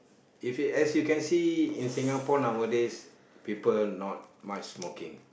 if it as you can see in Singapore nowadays people not much smoking